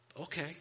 Okay